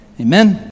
amen